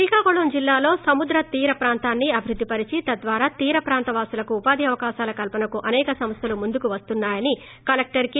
శ్రీకాకుళం జిల్లాలో సముద్ర తీర ప్రాంతాన్ని అభివృద్దిపరిచి తద్వారా తీర ప్రాంత వాసులకు ఉపాధి అవకాశాల కల్పనకు అనేక సంస్థలు ముందుకు వస్తున్నాయని కలెక్టర్ కె